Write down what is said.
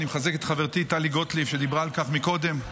אני מחזק את חברתי טלי גוטליב, שדיברה על כך קודם,